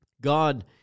God